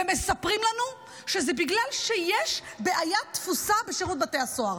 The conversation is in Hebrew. ומספרים לנו שזה בגלל שיש בעיית תפוסה בשירות בתי הסוהר.